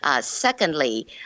Secondly